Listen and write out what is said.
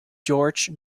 george